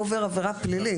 הוא עובר עבירה פלילית.